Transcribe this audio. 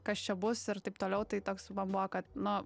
kas čia bus ir taip toliau tai toks man buvo kad nu